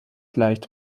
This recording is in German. leicht